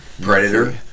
Predator